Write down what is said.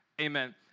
Amen